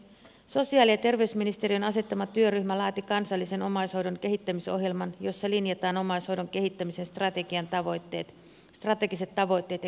sosiaali ja terveysministeriön asettama työryhmä laati kansallisen omaishoidon kehittämisohjelman jossa linjataan omaishoidon kehittämisen strategiset tavoitteet ja kehittämistoimenpiteet